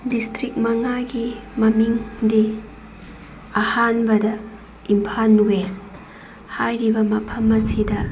district ꯃꯉꯥꯒꯤ ꯃꯃꯤꯡꯗꯤ ꯑꯍꯥꯟꯕꯗ ꯏꯝꯐꯥꯜ ꯋꯦꯁ ꯍꯥꯏꯔꯤꯕ ꯃꯐꯝ ꯑꯁꯤꯗ